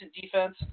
defense